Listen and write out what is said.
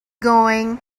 going